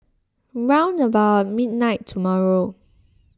round about midnight tomorrow